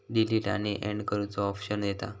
delete आणि and करुचो option येता